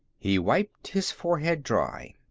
he wiped his forehead dry.